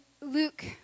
Luke